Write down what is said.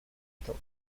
italy